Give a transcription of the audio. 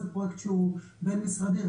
הוא פרויקט שהוא בין משרדי,